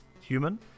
human